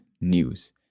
news